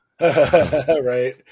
right